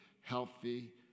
healthy